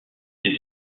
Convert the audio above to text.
ces